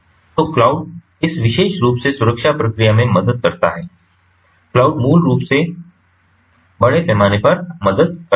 तो क्लाउड इस विशेष रूप से सुरक्षा प्रक्रिया में मदद करता है क्लाउड मूल रूप से बड़े पैमाने पर मदद करता है